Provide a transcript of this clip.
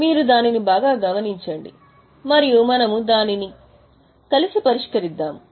మీరు దానిని బాగా గమనించండి మరియు మనము దానిని కలిసి పరిష్కరిస్తాము